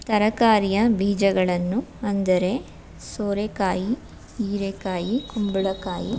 ತರಕಾರಿಯ ಬೀಜಗಳನ್ನು ಅಂದರೆ ಸೋರೆಕಾಯಿ ಹೀರೇಕಾಯಿ ಕುಂಬಳಕಾಯಿ